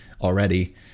already